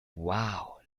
wow